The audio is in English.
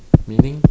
meaning